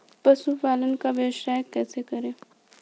पशुपालन का व्यवसाय कैसे करें?